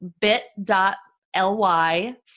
bit.ly